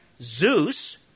Zeus